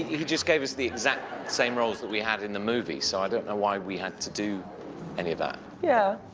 he just gave us the exact same roles that we had in the movie so i don't know why we had to do any of that. yeah